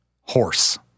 horse